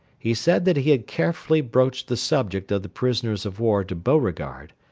he said that he had carefully broached the subject of the prisoners of war to beauregard,